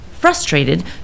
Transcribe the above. Frustrated